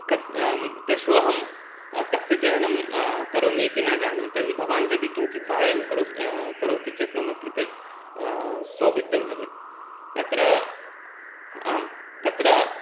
कस् तेष्वहं कस्य चयनं करोमि इति न जाने तर्हि भवान् यदि किञ्चित् साहाय्यं करो करोति चेत् मम कृते सौविध्यं भवेत् तत्र आं तत्र